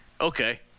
Okay